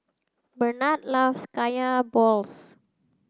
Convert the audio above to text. Bernard loves kaya balls